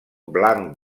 blanc